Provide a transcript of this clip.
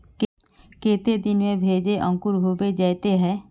केते दिन में भेज अंकूर होबे जयते है?